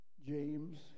James